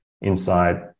inside